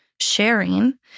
sharing